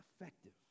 effective